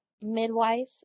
midwife